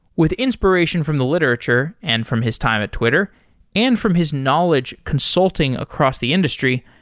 with inspiration from the literature and from his time at twitter and from his knowledge consulting across the industry,